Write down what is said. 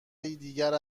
دیگری